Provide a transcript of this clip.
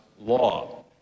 law